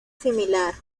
similar